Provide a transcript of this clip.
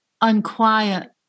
unquiet